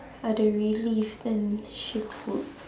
ada relief then she could